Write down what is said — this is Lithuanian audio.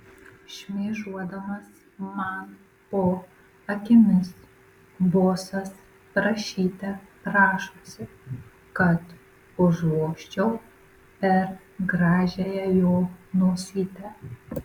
šmėžuodamas man po akimis bosas prašyte prašosi kad užvožčiau per gražiąją jo nosytę